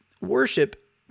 Worship